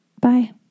Bye